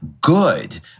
good